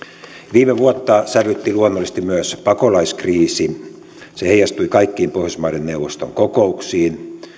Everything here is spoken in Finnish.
viime vuotta sävytti luonnollisesti myös pakolaiskriisi se heijastui kaikkiin pohjoismaiden neuvoston kokouksiin